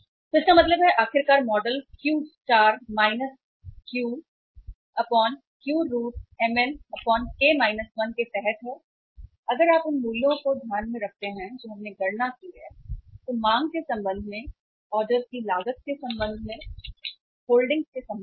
तो इसका मतलब है कि आखिरकार मॉडल क्यू स्टार है क्यू क्यू रूट एमएन के 1 के तहत है और अगर आप उन मूल्यों को ध्यान में रखते हैं जो हमने गणना की है तो मांग के संबंध में ऑर्डर की लागत के संबंध में होल्डिंग के संबंध में